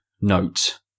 note